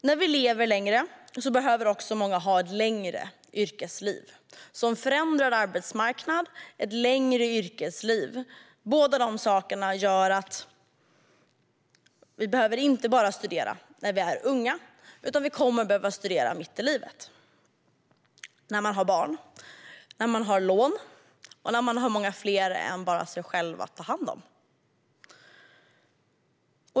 När vi lever längre behöver många också ha ett längre yrkesliv. En förändrad arbetsmarknad och ett längre yrkesliv gör att man inte bara behöver studera när man är ung, utan man kommer att behöva studera mitt i livet - när man har barn, lån och många fler än bara sig själv att ta hand om.